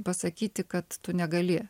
pasakyti kad tu negali